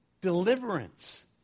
deliverance